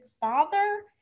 father